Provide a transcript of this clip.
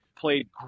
played